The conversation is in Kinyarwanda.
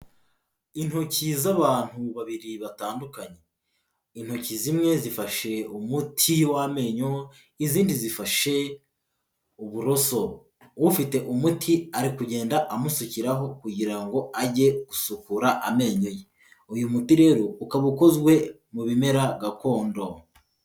Intoki z'abantu babiri batandukanye, intoki zimwe zifashe umuti w'amenyo izindi zifashe uburoso, ufite umuti ari kugenda amusukiraho kugira ngo ajye gusukura amenyo ye, uyu muti rero ukaba ukozwe mu bimera gakondo.